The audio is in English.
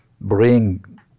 bring